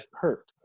hurt